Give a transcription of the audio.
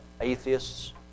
atheists